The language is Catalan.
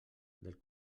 del